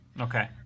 Okay